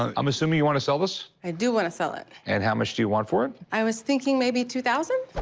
i'm assuming you want to sell this? mary i do want to sell it. and how much do you want for it? i was thinking maybe two thousand